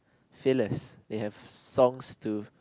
fillers they have songs to